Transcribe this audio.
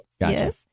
Yes